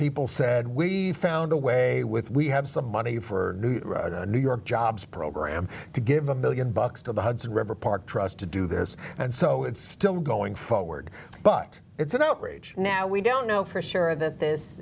people said we found a way a with we have some money for the new york jobs program to give a one million bucks to the hudson river park trust to do this and so it's still going forward but it's an outrage now we don't know for sure that this